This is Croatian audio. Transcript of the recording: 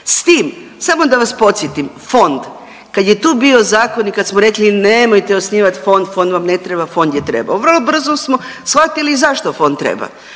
S tim samo da vas podsjetim, fond kad je tu bio zakon i kad smo rekli nemojte osnivat fond, fond vam ne treba, fond je trebo, vrlo brzo smo shvatili zašto fond treba.